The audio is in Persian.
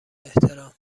احترام